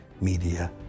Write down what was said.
media